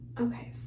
okay